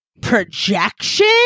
projection